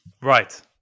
Right